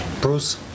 Bruce